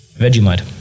Vegemite